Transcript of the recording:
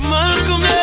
Malcolm